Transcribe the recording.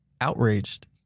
outraged